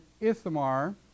Ithamar